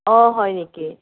অ' হয় নেকি